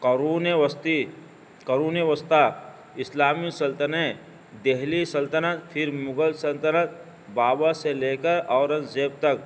قوون وسطی کروون وستاہ اسلامی سلطنیں دہلی سلطنت پھر مغل سلطنت بابر سے لے کر اورنگ زیب تک